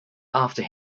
after